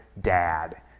dad